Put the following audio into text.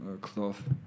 cloth